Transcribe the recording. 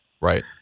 Right